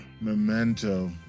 Memento